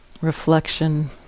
reflection